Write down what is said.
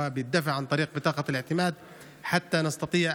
ולשלם באמצעות כרטיס אשראי,